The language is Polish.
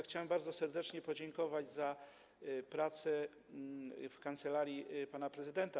Chciałbym także bardzo serdecznie podziękować za pracę w kancelarii pana prezydenta.